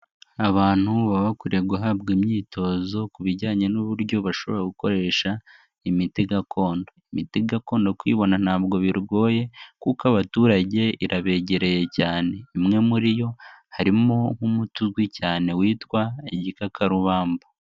Abantu baba bakwiye guhabwa imyitozo ku bijyanye n'uburyo bashobora gukoresha imiti gakondo, imiti gakondo kuyibona ntabwo bigoye kuko abaturage irabegereye cyane, imwe muri yo harimo nk'umuti uzwi cyane witwa igikakarubamba.